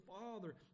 father